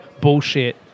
bullshit